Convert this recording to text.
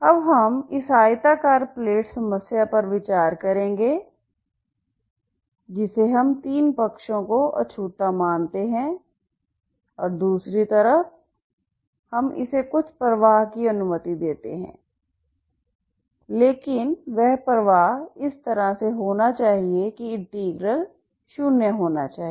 अब हम इस आयताकार प्लेट समस्या पर विचार करेंगे जिसे हम तीन पक्षों को अछूता मानते हैं और दूसरी तरफ हम इसे कुछ प्रवाह की अनुमति देते हैं लेकिन वह प्रवाह इस तरह से होना चाहिए कि इंटीग्रल शून्य होना चाहिए